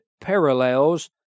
parallels